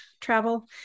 travel